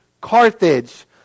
Carthage